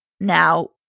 Now